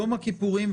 יום הכיפורים,